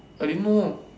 I didn't know